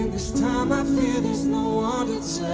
time, i fear there's no one